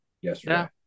yesterday